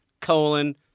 colon